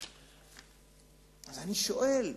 אז אני שואל,